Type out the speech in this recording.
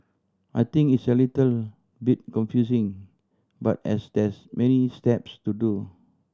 I think it's a little bit confusing but as there's many steps to do